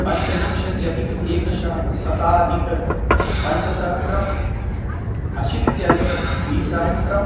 पञ्चविंशतिः अधिक एकशः शताधिकपञ्चसहस्रम् अशीत्यधिकद्विसहस्रम्